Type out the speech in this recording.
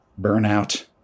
burnout